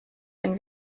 ein